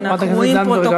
נגד דני דנון,